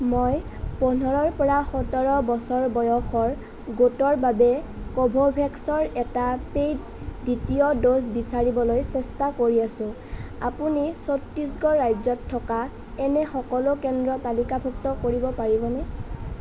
মই পোন্ধৰৰ পৰা সোতৰ বছৰ বয়সৰ গোটৰ বাবে কোভোভেক্সৰ এটা পে'ইড দ্বিতীয় ড'জ বিচাৰিবলৈ চেষ্টা কৰি আছোঁ আপুনি ছত্তীশগড় ৰাজ্যত থকা এনে সকলো কেন্দ্ৰ তালিকাভুক্ত কৰিব পাৰিবনে